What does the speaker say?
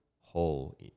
whole